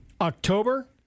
October